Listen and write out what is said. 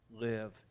Live